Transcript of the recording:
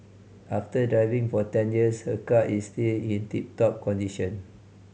after driving for ten years her car is still in tip top condition